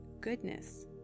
goodness